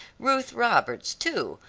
ruth roberts, too,